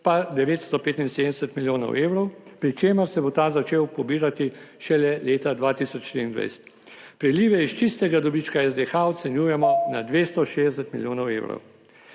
pa 975 milijonov evrov, pri čemer se bo ta začel pobirati šele leta 2023. Prilive iz čistega dobička SDH ocenjujemo na 260 milijonov evrov.